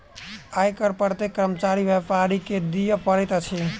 आय कर प्रत्येक कर्मचारी आ व्यापारी के दिअ पड़ैत अछि